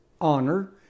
honor